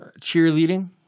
cheerleading